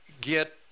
get